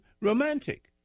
romantic